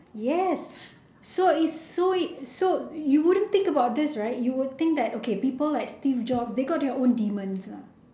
yes so it's so it so you wouldn't think about this right you would think that okay people like steve jobs they got their own demons ah